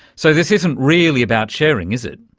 so this isn't really about sharing, is it.